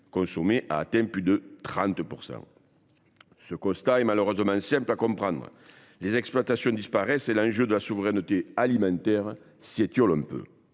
consommée a atteint plus de 30 %. Ce constat est malheureusement simple à comprendre : les exploitations disparaissent et l’enjeu de la souveraineté alimentaire s’étiole quelque